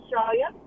australia